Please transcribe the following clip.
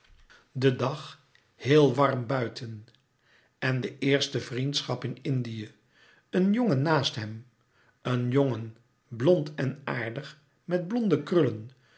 den dag héel warm buiten en de eerste vriendschap in indië een jongen naast hem een jongen blond en aardig met blonde krullen